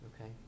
Okay